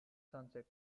sunset